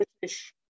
British